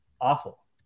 awful